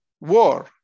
war